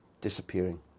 disappearing